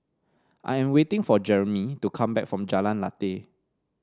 I am waiting for Jeremie to come back from Jalan Lateh